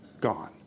gone